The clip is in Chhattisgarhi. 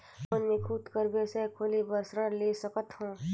कौन मैं खुद कर व्यवसाय खोले बर ऋण ले सकत हो?